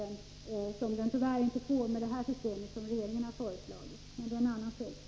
Det får de tyvärr inte med föreliggande förslag från regeringen. Men det är en annan fråga.